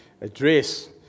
address